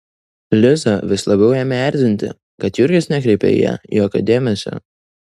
lizą vis labiau ėmė erzinti kad jurgis nekreipia į ją jokio dėmesio